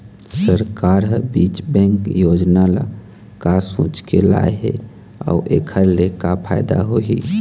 सरकार ह बीज बैंक योजना ल का सोचके लाए हे अउ एखर ले का फायदा होही?